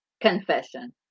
confession